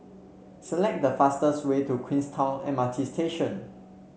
select the fastest way to Queenstown M R T Station